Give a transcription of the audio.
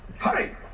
Hurry